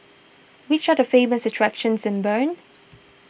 which are the famous attractions in Bern